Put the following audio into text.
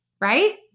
right